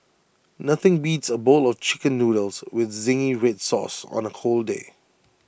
nothing beats A bowl of Chicken Noodles with Zingy Red Sauce on A cold day